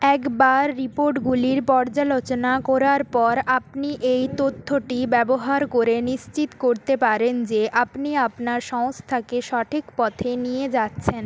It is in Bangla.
একবার রিপোর্টগুলির পর্যালোচনা করার পর আপনি এই তথ্যটি ব্যবহার করে নিশ্চিত করতে পারেন যে আপনি আপনার সংস্থাকে সঠিক পথে নিয়ে যাচ্ছেন